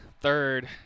third